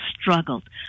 struggled